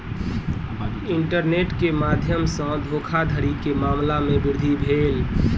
internet के माध्यम सॅ धोखाधड़ी के मामला में वृद्धि भेल